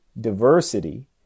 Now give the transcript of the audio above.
diversity